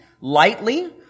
lightly